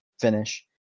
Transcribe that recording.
finish